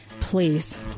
Please